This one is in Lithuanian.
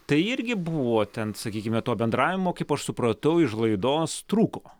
tai irgi buvo ten sakykime to bendravimo kaip aš supratau iš laidos trūko